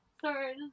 Sorry